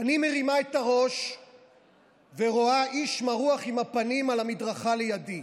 אני מרימה את הראש ורואה איש מרוח עם הפנים על המדרכה לידי.